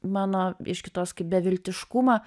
mano iš kitos kaip beviltiškumą